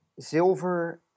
Zilver